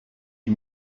die